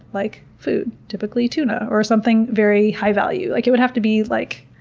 like food, typically tuna or something very high value. like it would have to be like,